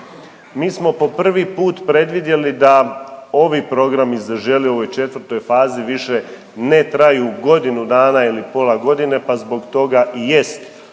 Mi smo po prvi put predvidjeli da ovi programi Zaželi u ovoj četvrtoj fazi više ne traju godinu dana ili pola godine pa zbog toga i jest ovaj